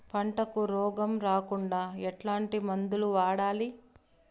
పంటకు రోగం రాకుండా ఎట్లాంటి మందులు వాడాలి?